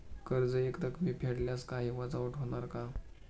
कर्ज एकरकमी फेडल्यास काही वजावट होणार का?